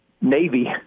Navy